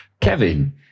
Kevin